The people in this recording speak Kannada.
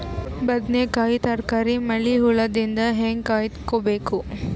ಬದನೆಕಾಯಿ ತರಕಾರಿ ಮಳಿ ಹುಳಾದಿಂದ ಹೇಂಗ ಕಾಯ್ದುಕೊಬೇಕು?